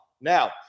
Now